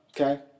okay